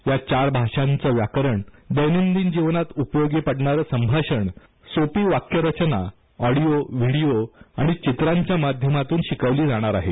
या चार भाषांचं व्याकरण दैनंदीन जीवनात उपयोगी पडणारं संभाषण सोपी वाक्यरचना ऑडीओ व्हिडीओ आणि चित्रांच्या माध्यमातून शिकवली जाणार आहे